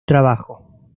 trabajo